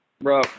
Bro